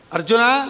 Arjuna